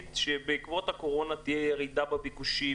שבעקבות הקורונה תהיה ירידה בביקושים?